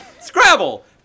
Scrabble